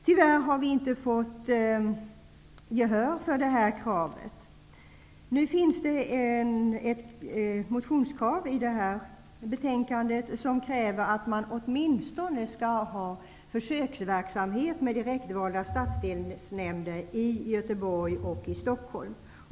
Tyvärr har vi inte fått gehör för vårt krav. I detta betänkande behandlas ett motionskrav om en försöksverksamhet med direktvalda stadsdelsnämnder i Göteborg och i Stockholm.